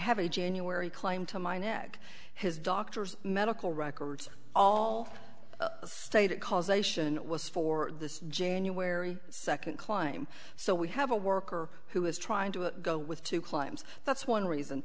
have a january claim to my neck his doctors medical records all say that causation was for this january second climb so we have a worker who is trying to go with two climbs that's one reason